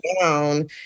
down